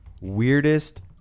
weirdest